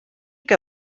que